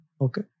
okay